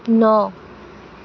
ন